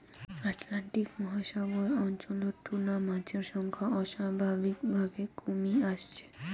Atlantic মহাসাগর অঞ্চলত tuna মাছের সংখ্যা অস্বাভাবিকভাবে কমি আসছে